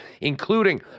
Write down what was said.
including